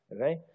okay